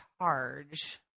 charge